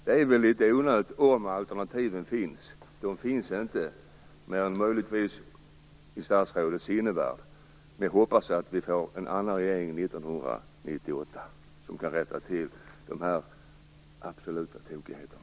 Det är väl litet onödigt om alternativen finns. De finns inte mer än möjligtvis i statsrådets sinnevärld. Jag hoppas att vi får en annan regering 1998, en regering som kan rätta till de här absoluta tokigheterna.